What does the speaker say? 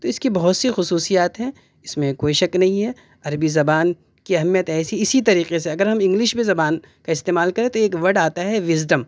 تو اس کی بہت سی خصوصیات ہیں اس میں کوئی شک نہیں ہے عربی زبان کی اہمیت ایسی اسی طریقے سے اگر ہم انگلش میں زبان کا استعمال کریں تو ایک ورڈ آتا ہے وژڈم